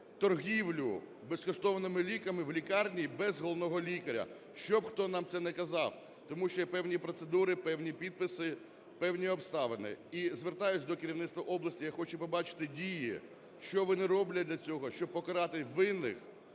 торгівлю безкоштовними ліками в лікарні без головного лікаря, щоб хто на це не казав, тому що є певні процедури, певні підписи, певні обставини. І звертаюсь до керівництва області. Я хочу побачити дії, що вони роблять для цього, щоб покарати винних.